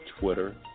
Twitter